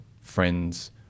friends